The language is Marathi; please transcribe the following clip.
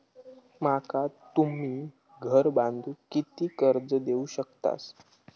माका तुम्ही घर बांधूक किती कर्ज देवू शकतास?